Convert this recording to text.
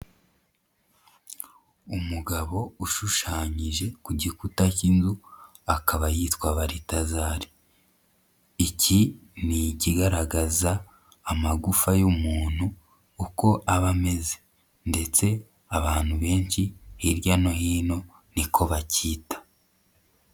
Umugabo ushushanyije ku gikuta cy'inzu, akaba yitwa Baritazari, iki ni ikigaragaza amagufa y'umuntu uko aba ameze ndetse abantu benshi hirya no hino niko bacyita.